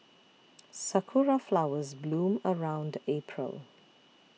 sakura flowers bloom around April